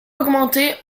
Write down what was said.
augmenté